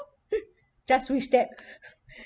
just wish that